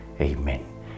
Amen